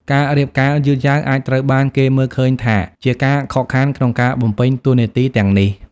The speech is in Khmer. ការរៀបការយឺតយ៉ាវអាចត្រូវបានគេមើលឃើញថាជាការខកខានក្នុងការបំពេញតួនាទីទាំងនេះ ។